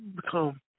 become